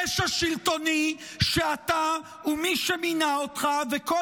פשע שלטוני שאתה ומי שמינה אותך וכל